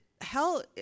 hell